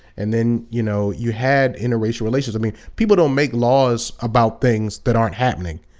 and then you know you had interracial relations. i mean, people don't make laws about things that aren't happening,